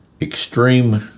extreme